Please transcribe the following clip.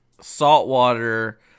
saltwater